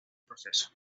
proceso